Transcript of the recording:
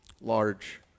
large